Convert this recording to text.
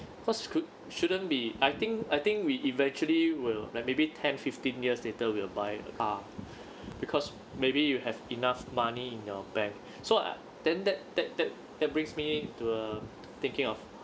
first could shouldn't be I think I think we eventually will like maybe ten fifteen years later we'll buy a car because maybe you have enough money in your bank so I then that that that that brings me to uh thinking of